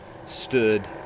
Stood